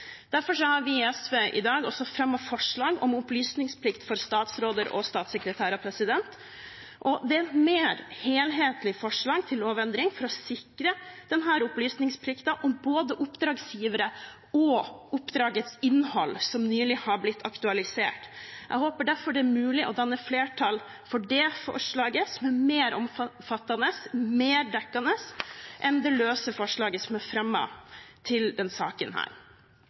Derfor har vi i SV i dag også fremmet forslag om opplysningsplikt for statsråder og statssekretærer, og det er et mer helhetlig forslag til lovendring for å sikre denne opplysningsplikten om både oppdragsgivere og oppdragets innhold, som nylig har blitt aktualisert. Jeg håper derfor det er mulig å danne flertall for det forslaget, som er mer omfattende og mer dekkende enn det løse forslaget som er fremmet til denne saken.